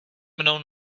mnou